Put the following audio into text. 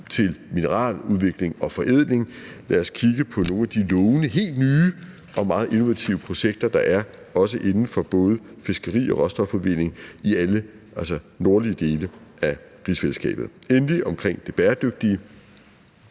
til mineraludvikling og forædling. Lad os kigge på nogle af de lovende, helt nye og meget innovative projekter, der er, også inden for både fiskeri og råstofudvinding i alle nordlige dele af rigsfællesskabet. Endelig omkring det bæredygtige: